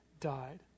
died